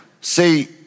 See